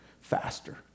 faster